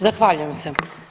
Zahvaljujem se.